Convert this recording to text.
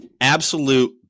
Absolute